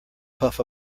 puff